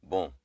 Bom